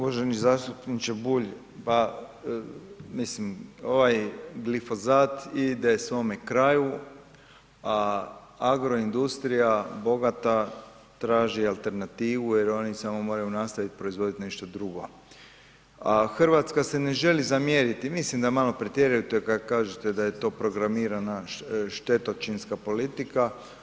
Uvaženi zastupniče Bulj, pa mislim ovaj glifosat ide svome kraju, a agroindustrija bogata traži alternativu jer oni samo moraju nastaviti proizvodit nešto drugo, a Hrvatska se ne želi zamjeriti, mislim da malo pretjerujete kad kažete da je to programirana štetočinska politika.